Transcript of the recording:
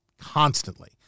constantly